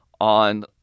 on